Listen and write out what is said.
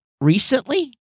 recently